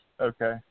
Okay